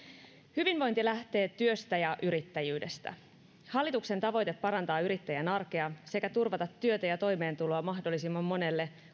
hyvinvointi lähtee työstä ja yrittäjyydestä hallituksen tavoite parantaa yrittäjän arkea sekä turvata työtä ja toimeentuloa mahdollisimman monelle